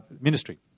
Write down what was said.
Ministry